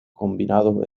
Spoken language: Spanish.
combinado